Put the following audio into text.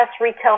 retail